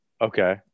Okay